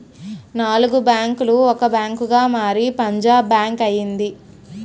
నాలుగు బ్యాంకులు ఒక బ్యాంకుగా మారి పంజాబ్ బ్యాంక్ అయింది